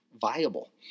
viable